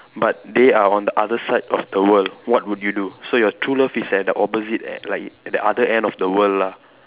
but they are on the other side of the world what would you do so your true love is at the opposite at like at the other end of the world lah